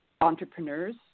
entrepreneurs